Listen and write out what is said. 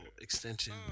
extension